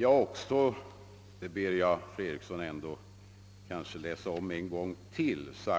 Jag har också sagt — och det ber jag fru Eriksson att ännu en gång läsa